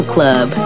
Club